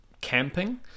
camping